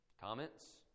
Comments